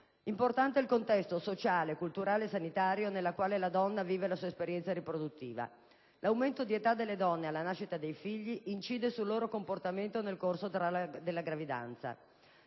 Importante è poi il contesto sociale, culturale e sanitario nel quale la donna vive la sua esperienza riproduttiva. L'aumento di età delle donne alla nascita dei figli incide sul loro comportamento nel corso della gravidanza.